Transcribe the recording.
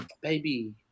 Baby